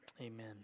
amen